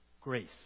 grace